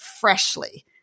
Freshly